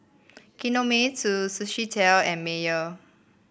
Kinohimitsu Sushi Tei and Mayer